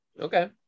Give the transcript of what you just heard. Okay